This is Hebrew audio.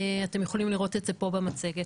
אתם יכולים לראות את זה פה במצגת.